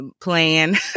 plan